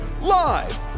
Live